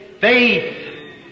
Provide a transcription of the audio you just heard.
faith